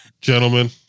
gentlemen